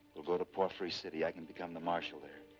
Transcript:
we'll go to palfrie city. i can become the marshal there.